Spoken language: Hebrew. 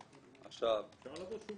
אני מכבד אותך.